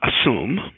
assume